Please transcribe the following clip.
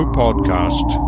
podcast